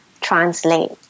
translate